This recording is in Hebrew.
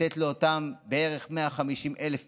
לתת לאותן 150,000 משפחות,